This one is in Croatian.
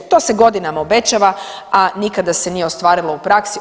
To se godinama obećava, a nikada se nije ostvarilo u praksi.